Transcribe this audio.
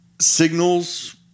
signals